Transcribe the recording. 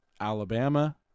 Alabama